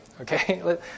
okay